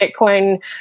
Bitcoin